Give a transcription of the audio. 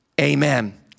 amen